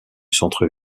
centre